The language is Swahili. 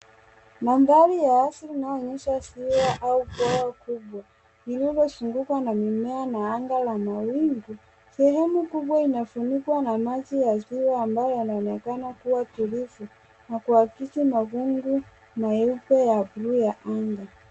Mandhari ya asili inayoonyesha ziwa au bwawa kubwa lililozungukwa na mimea na anga la mawingu. Sehemu kubwa inafunikwa na maji ya ziwa ambayo inaonekana kuwa tulivu na kuakisi mawingu meupe ya bluu ya anga.